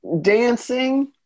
dancing